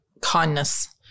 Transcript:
kindness